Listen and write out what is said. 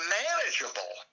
manageable